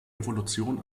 evolution